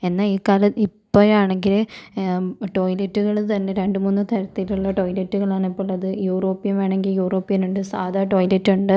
എന്നാൽ ഈ കാലം ഇപ്പോഴാണെങ്കിൽ ടോയ്ലറ്റുകൾ തന്നെ രണ്ട് മൂന്ന് തരത്തിലുള്ള ടോയ്ലറ്റുകളാണ് ഇപ്പം ഉള്ളത് യൂറോപ്യൻ വേണമെങ്കിൽ യൂറോപ്യൻ ഉണ്ട് സാധാ ടോയ്ലറ്റുണ്ട്